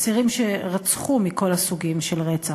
אסירים שרצחו בכל הסוגים של רצח,